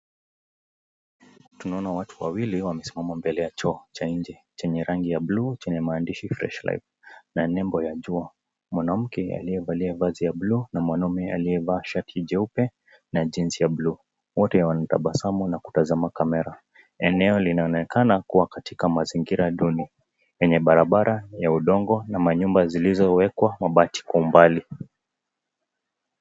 Tunaona watu wawili wamesimama mbele ya choo cha nje chenye rangi ya buluu chenye maandishi fresh life na nembo ya jua. Mwanamke aliyevalia vazi ya buluu na mwanaume aliyevaa shati nyeupe na jeans ya buluu. Wote wanatabasamu na kutazama kamera. Eneo linaonekana kuwa katika mazingira duni, yenye barabara ya udongo na manyumba zilizowekwa mabati kwa umbali.